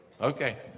okay